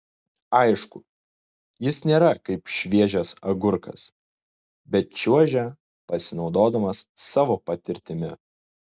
aišku jis nėra kaip šviežias agurkas bet čiuožia pasinaudodamas savo patirtimi